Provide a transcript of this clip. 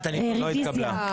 לא התקבלה.